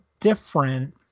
different